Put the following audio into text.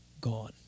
gone